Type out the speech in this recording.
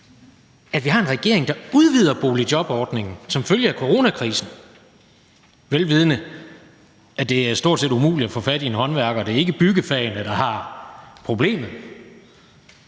at vi har en regering, der udvider boligjobordningen som følge af coronakrisen, vel vidende at det stort set er umuligt at få fat i en håndværker. Det er ikke byggefagene, der har problemet